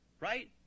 right